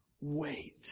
Wait